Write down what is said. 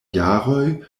jaroj